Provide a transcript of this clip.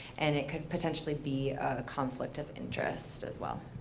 and it could potentially be a conflict of interest as well.